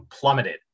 plummeted